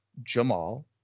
Jamal